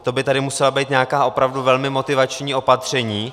To by tady musela být nějaká opravdu velmi motivační opatření.